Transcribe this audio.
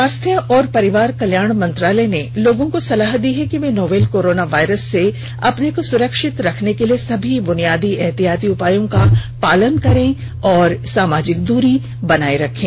स्वास्थ्य और परिवार कल्याण मंत्रालय ने लोगों को सलाह दी है कि वे नोवल कोरोना वायरस से अपने को सुरक्षित रखने के लिए समी ब्नियादी एहतियाती उपायों का पालन करें और सामाजिक दूरी बनाए रखें